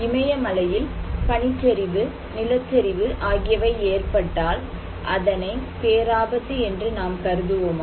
இமயமலையில் பனிச்சரிவு நிலச்சரிவு ஆகியவை ஏற்பட்டால் அதனை பேராபத்து என்று நாம் கருதுவோமா